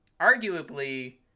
Arguably